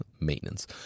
maintenance